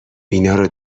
اینارو